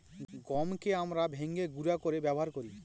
গমকে আমরা ভেঙে গুঁড়া করে ব্যবহার করি